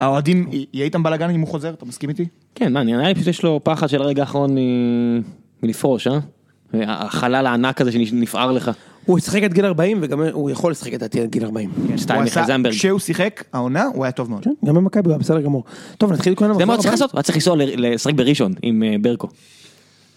האוהדים יהיה איתם בלגן אם הוא חוזר? אתה מסכים איתי? כן מה נראה לי שיש לו פחד של רגע האחרון מלפרוש אה? החלל הענק הזה שנפער לך. הוא ישחק עד גיל 40 וגם הוא יכול לשחק לדעתי עד גיל 40, הוא עשה כשהוא שיחק העונה הוא היה טוב מאוד. גם במכבי הוא היה בסדר גמור. טוב נתחיל? יודע מה הוא היה צריך לעשות? הוא היה צריך לנסוע לשחק בראשון עם ברקו